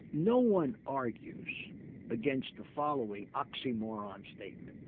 no one argues against the following oxymoron statement,